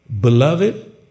beloved